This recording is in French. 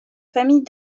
famille